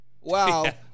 Wow